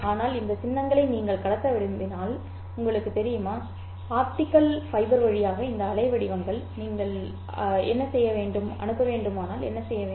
ஆனால் இந்த சின்னங்களை நீங்கள் கடத்த விரும்பினால் உங்களுக்குத் தெரியுமா அல்லது ஆப்டிகல் ஃபைபர் வழியாக இந்த அலைவடிவங்கள் நீங்கள் என்ன செய்ய வேண்டும்